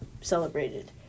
celebrated